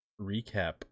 recap